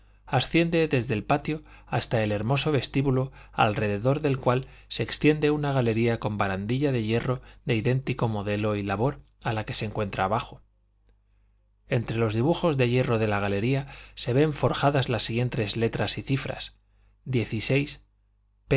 asciende desde el patio hasta el hermoso vestíbulo alrededor del cual se extiende una galería con barandilla de hierro de idéntico modelo y labor a la que se encuentra abajo entre los dibujos de hierro de la galería se ven forjadas las siguientes letras y cifras